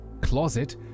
closet